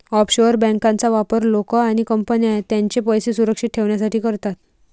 offshore बँकांचा वापर लोक आणि कंपन्या त्यांचे पैसे सुरक्षित ठेवण्यासाठी करतात